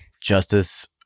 justice